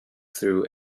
through